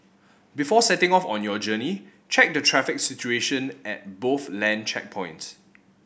before setting off on your journey check the traffic situation at both land checkpoints